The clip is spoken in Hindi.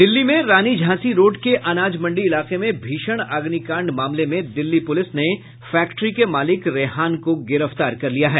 दिल्ली में रानी झांसी रोड़ के अनाज मंड़ी इलाके में भीषण अग्निकांड मामले में दिल्ली पुलिस ने फैक्ट्री के मालिक रेहान को गिरफ्तार कर लिया है